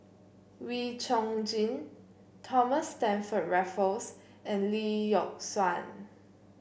Wee Chong Jin Thomas Stamford Raffles and Lee Yock Suan